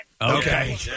Okay